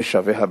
"ושביה בצדקה".